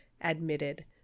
admitted